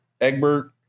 Egbert